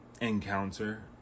encounter